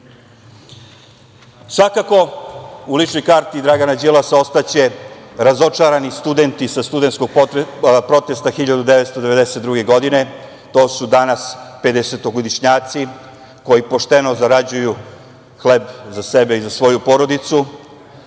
Svakako, u ličnoj karti Dragana Đilasa ostaće razočarani studenti sa studentskog protesta 1992. godine. To su danas pedesetogodišnjaci, koji pošteno zarađuju hleb za sebe i za svoju porodicu,